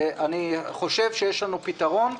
אני חושב שיש לנו פתרון.